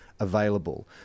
Available